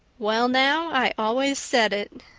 well now, i always said it,